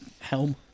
helm